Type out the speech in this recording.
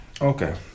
okay